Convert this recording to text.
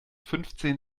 fünfzehn